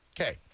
Okay